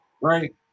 right